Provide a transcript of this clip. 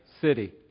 city